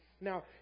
Now